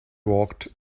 worked